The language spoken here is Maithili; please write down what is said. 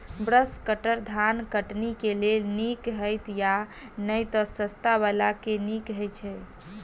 ब्रश कटर धान कटनी केँ लेल नीक हएत या नै तऽ सस्ता वला केँ नीक हय छै?